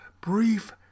brief